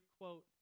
quote